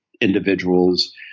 individuals